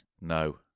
no